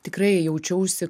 tikrai jaučiausi